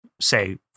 say